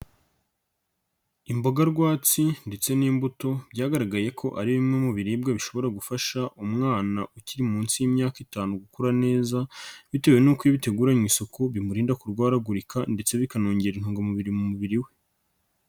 Imboga rwatsi ndetse n'imbuto byagaragaye ko ari bimwe mu biribwa bishobora gufasha umwana ukiri munsi y'imyaka itanu gukura neza, bitewe nuko iyo biteguranwe isuku bimurinda kurwaragurika ndetse bikanongera intungamubiri mu mubiri we.